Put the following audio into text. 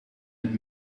het